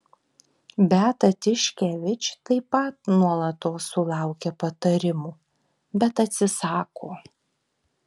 beata tiškevič taip pat nuolatos sulaukia patarimų bet atsisako